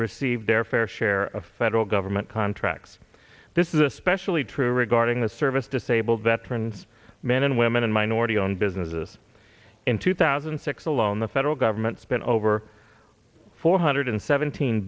received their fair share of federal government contracts this is especially true regarding service disabled veterans men and women and minority owned businesses in two thousand and six alone the federal government spent over four hundred seventeen